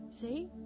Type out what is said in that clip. see